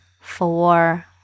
four